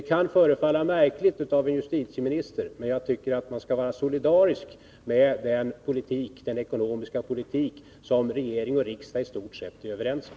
Det kan förefalla märkligt av en justitieministern, men jag tycker att man skall vara solidarisk med den ekonomiska politik som regering och riksdag i stort sett är överens om.